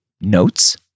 notes